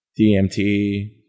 DMT